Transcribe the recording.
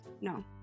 no